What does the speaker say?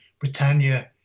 Britannia